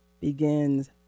begins